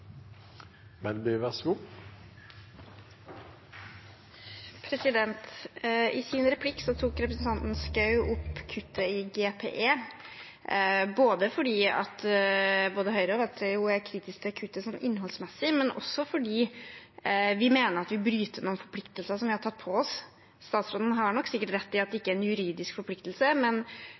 I sin replikk tok representanten Schou opp kuttet i GPE både fordi både Høyre og Venstre er kritiske til kuttet innholdsmessig, og også fordi vi mener vi bryter noen forpliktelser vi har tatt på oss. Statsråden har sikkert rett i at det ikke er en juridisk forpliktelse,